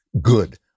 Good